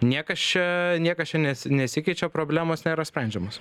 niekas čia niekas čia nes nesikeičia problemos nėra sprendžiamos